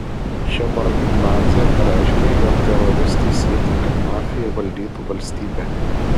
ševardnadzė pareiškė jog teroristai siekia kad mafija valdytų valstybę